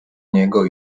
niego